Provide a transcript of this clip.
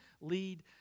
lead